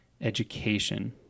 education